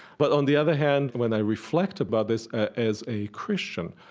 but on the other hand, when i reflect about this as a christian,